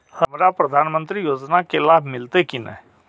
हमरा प्रधानमंत्री योजना के लाभ मिलते की ने?